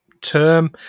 term